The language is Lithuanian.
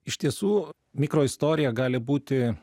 iš tiesų mikroistorija gali būti